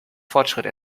fortschritt